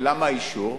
למה אישור?